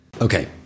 Okay